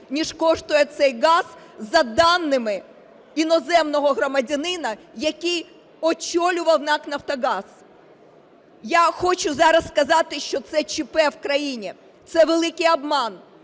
ніж коштує цей газ за даними іноземного громадянина, який очолював НАК "Нафтогаз". Я хочу зараз сказати, що це ЧП в країні, це великий обман.